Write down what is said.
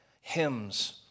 hymns